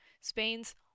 Spain's